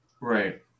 Right